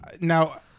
now